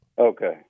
Okay